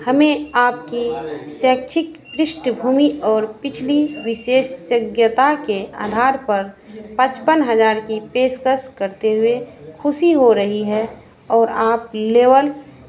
हमें आपकी शैक्षिक पृष्ठभूमि और पिछली विशेषज्ञता के अधार पर पचपन हज़ार की पेशकश करते हुए खुशी हो रही है और आप लेवल